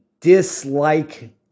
dislike